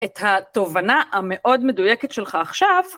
את התובנה המאוד מדויקת שלך עכשיו.